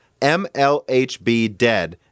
mlhbdead